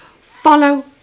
follow